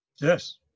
yes